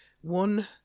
One